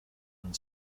and